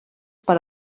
per